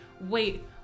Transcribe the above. Wait